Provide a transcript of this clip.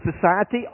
society